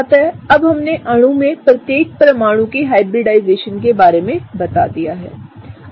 अतः अब हमने अणु में प्रत्येक परमाणु के हाइब्रिडाइजेशन के बारे में बता दियाहै